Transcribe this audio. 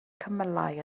cymylau